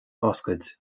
oscailt